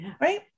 right